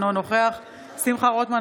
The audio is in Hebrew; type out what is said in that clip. אינו נוכח שמחה רוטמן,